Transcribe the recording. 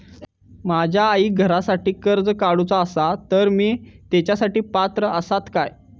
माझ्या आईक घरासाठी कर्ज काढूचा असा तर ती तेच्यासाठी पात्र असात काय?